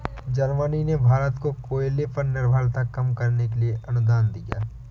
Germany ने भारत को कोयले पर निर्भरता कम करने के लिए अनुदान दिया